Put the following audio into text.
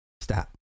stop